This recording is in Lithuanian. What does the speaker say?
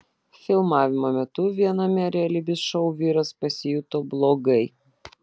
filmavimo metu viename realybės šou vyras pasijuto blogai